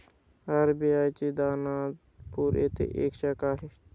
RBI ची दानापूर येथे एक शाखा आहे